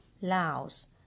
Laos